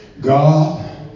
God